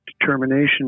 determination